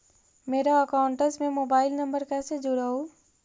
मेरा अकाउंटस में mobile number कैसे जुड़उ?